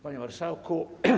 Panie Marszałku!